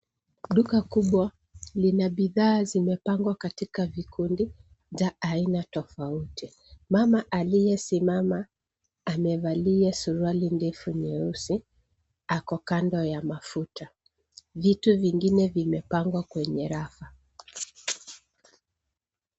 Duka kubwa lina bidhaa zimepangwa katika vikundi za aina tofauti, mama aliyesimama amevalia suruali ndefu nyeusi ako kando ya mafuta. Vitu vingine vimepangwa kwenye rafa.